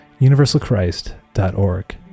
universalchrist.org